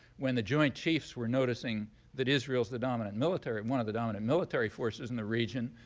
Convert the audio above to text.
when the joint chiefs were noticing that israel's the dominant military, one of the dominant military forces in the region,